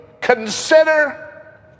consider